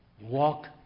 walk